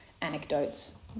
anecdotes